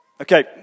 okay